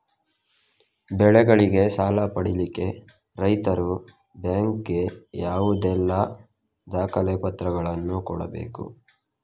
ಬೆಳೆಗಳಿಗೆ ಸಾಲ ಪಡಿಲಿಕ್ಕೆ ರೈತರು ಬ್ಯಾಂಕ್ ಗೆ ಯಾವುದೆಲ್ಲ ದಾಖಲೆಪತ್ರಗಳನ್ನು ಕೊಡ್ಬೇಕು?